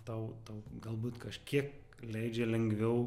tau tau galbūt kažkiek leidžia lengviau